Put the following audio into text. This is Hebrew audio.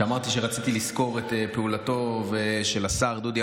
כשאמרתי שרציתי לסקור את פעולתו של השר דודי